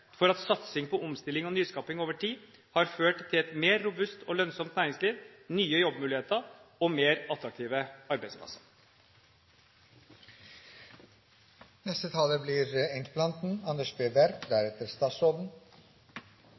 for at satsing på omstilling og nyskaping over tid har ført til et mer robust og lønnsomt næringsliv, nye jobbmuligheter og mer attraktive